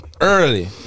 Early